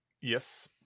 Yes